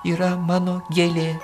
yra mano gėlė